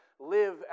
live